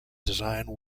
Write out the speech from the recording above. design